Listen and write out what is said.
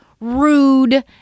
rude